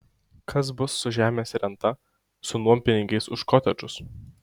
kas bus su žemės renta su nuompinigiais už kotedžus